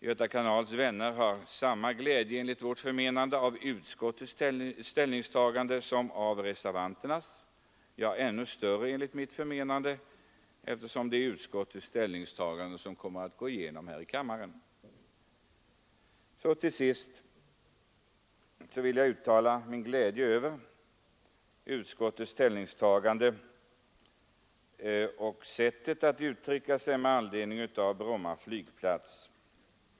Göta kanals vänner har enligt vårt förmenande samma glädje av utskottets ställningstagande som av reservanternas — ja, ännu större, eftersom det är utskottets ställningstagande som kommer att gå igenom här i riksdagen. Till sist vill jag uttala min glädje över utskottets ståndpunkt och sättet att uttrycka sig när det gäller Bromma flygplats.